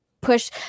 push